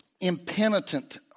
impenitent